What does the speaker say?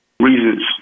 Reasons